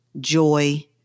joy